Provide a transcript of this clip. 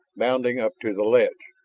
bounding up to the ledge.